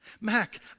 Mac